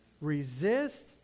Resist